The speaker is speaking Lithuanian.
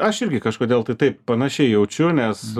aš irgi kažkodėl tai taip panašiai jaučiu nes